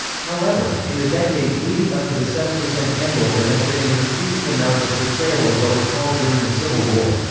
however, in the decades leading up to the sesquicentennial there has been an increasing amount of portrayal of what were called during the civil war,